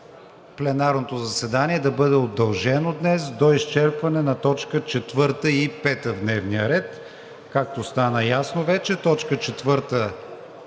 пленарното заседание да бъде удължено днес до изчерпване на точка четвърта и пета в дневния ред. Както стана ясно вече, точка четвърта